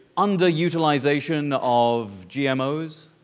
under utilization of gmo's?